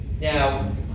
Now